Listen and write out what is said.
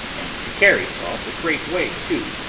and to carry salt a great way too,